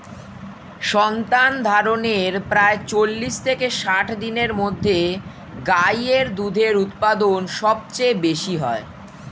সন্তানধারণের প্রায় চল্লিশ থেকে ষাট দিনের মধ্যে গাই এর দুধের উৎপাদন সবচেয়ে বেশী হয়